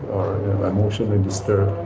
or emotionally disturbed